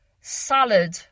salad